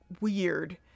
weird